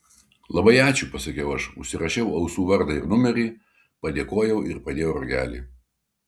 labai ačiū pasakiau aš užsirašiau ausų vardą ir numerį padėkojau ir padėjau ragelį